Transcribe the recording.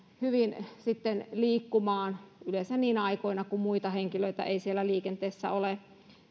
hyvin liikkumaan yleensä niinä aikoina kun muita henkilöitä ei siellä liikenteessä ole